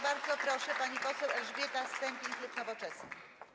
Bardzo proszę, pani poseł Elżbieta Stępień, klub Nowoczesna.